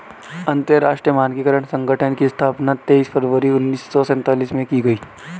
अंतरराष्ट्रीय मानकीकरण संगठन की स्थापना तेईस फरवरी उन्नीस सौ सेंतालीस में की गई